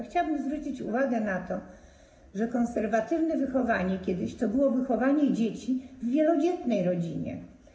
Chciałabym zwrócić uwagę na to, że kiedyś konserwatywne wychowanie to było wychowanie dzieci w wielodzietnej rodzinie.